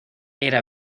era